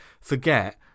forget